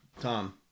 Tom